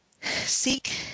seek